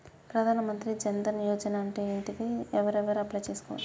ప్రధాన మంత్రి జన్ ధన్ యోజన అంటే ఏంటిది? ఎవరెవరు అప్లయ్ చేస్కోవచ్చు?